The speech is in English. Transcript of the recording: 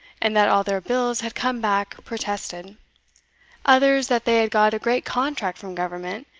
and that all their bills had come back protested others that they had got a great contract from government,